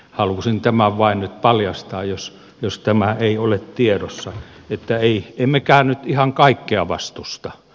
halusin tämän vain nyt paljastaa jos tämä ei ole tiedossa että emme mekään nyt ihan kaikkea vastusta